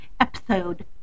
Episode